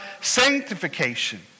sanctification